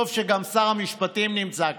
טוב שגם שר המשפטים נמצא כאן,